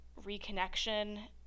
reconnection